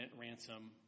ransom